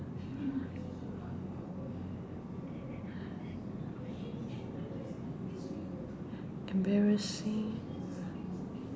embarrassing